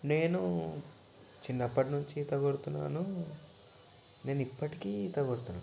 నేను చిన్నప్పటి నుంచి ఈత కొడుతున్నాను నేను ఇప్పటికి ఈత కొడుతున్న